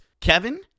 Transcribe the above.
Kevin